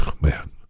man